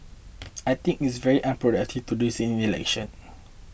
I think it is very unproductive to do this in the election